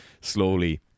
slowly